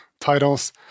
titles